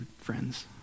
friends